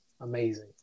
amazing